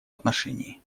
отношении